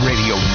Radio